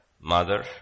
mother